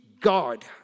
God